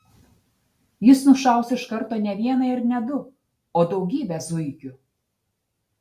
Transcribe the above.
jis nušaus iš karto ne vieną ir ne du o daugybę zuikių